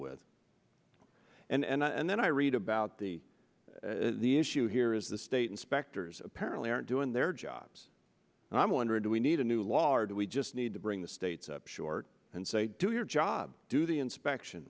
with and then i read about the the issue here is the state inspectors apparently aren't doing their jobs and i'm wondering do we need a new law or do we just need to bring the states up short and say do your job do the inspection